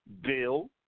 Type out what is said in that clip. Bill